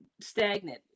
stagnant